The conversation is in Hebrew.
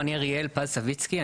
אני אריאל פז סוויצקי,